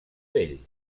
vell